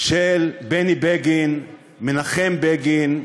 של בני בגין, מנחם בגין,